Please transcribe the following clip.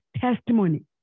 testimony